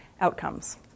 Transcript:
outcomes